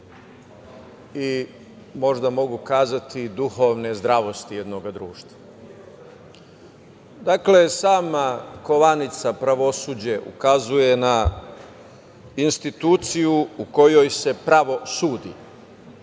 i možda mogu kazati duhovne zdravosti jednog društva. Dakle, sama kovanica pravosuđe ukazuje na instituciju u kojoj se pravo sudi.